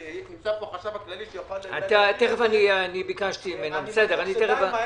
נמצא פה החשב הכללי שיוכל להתייחס אני מניח שדי מהר,